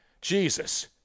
Jesus